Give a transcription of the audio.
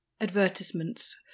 advertisements